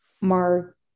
Mark